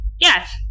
Yes